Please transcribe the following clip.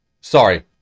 Sorry